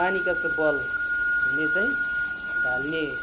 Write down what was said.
पानीकागजको बलले चाहिँ ढाल्ने